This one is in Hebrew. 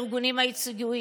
יחד עם הארגונים היציגים,